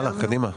הלאה, קדימה.